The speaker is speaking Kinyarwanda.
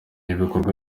ibikorwa